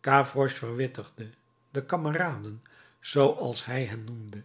gavroche verwittigde de kameraden zooals hij hen noemde